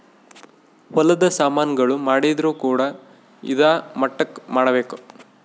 ಹೊಲದ ಸಾಮನ್ ಗಳು ಮಾಡಿದ್ರು ಕೂಡ ಇದಾ ಮಟ್ಟಕ್ ಮಾಡ್ಬೇಕು